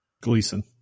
Gleason